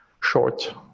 short